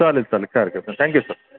चालेल चालेल काही हरकत नाही थॅंक्यू सर